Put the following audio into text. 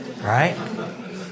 right